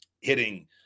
hitting